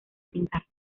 pintar